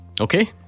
Okay